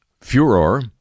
furor